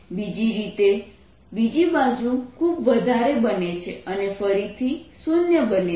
બીજી રીતે બીજી બાજુ ખૂબ વધારે બને છે અને ફરીથી શૂન્ય બને છે